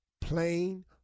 Plain